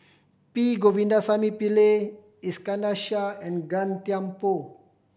P Govindasamy Pillai Iskandar Shah and Gan Thiam Poh